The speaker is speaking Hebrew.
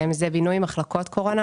בינוי מחלקות קורונה,